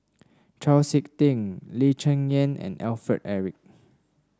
Chau SiK Ting Lee Cheng Yan and Alfred Eric